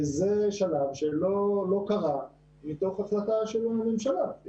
זה שלב שלא קרה, מתוך החלטה של הממשלה.